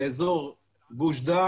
עלתה ל-30%.